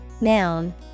Noun